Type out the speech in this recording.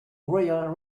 royal